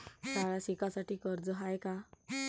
शाळा शिकासाठी कर्ज हाय का?